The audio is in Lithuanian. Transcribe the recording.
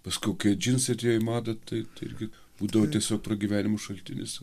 paskiau kai džinsai atėjo į madą tai tai irgi būdavo tiesiog pragyvenimo šaltinis